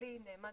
הישראלי נאמד